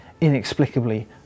inexplicably